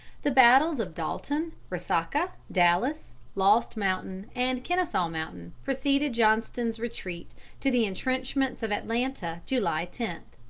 the battles of dalton, resaca, dallas, lost mountain, and kenesaw mountain preceded johnston's retreat to the intrenchments of atlanta, july ten,